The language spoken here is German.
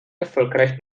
erfolgreich